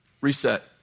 reset